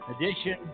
edition